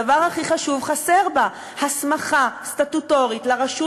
הדבר הכי חשוב חסר בה: הסמכה סטטוטורית של הרשות